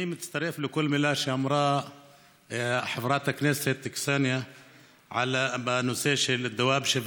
אני מצטרף לכל מילה שאמרה חברת הכנסת קסניה סבטלובה בנושא של דוואבשה,